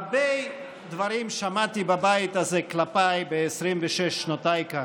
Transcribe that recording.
הרבה דברים שמעתי בבית הזה כלפיי ב-26 שנותיי כאן,